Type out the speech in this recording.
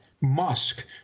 Musk